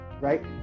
right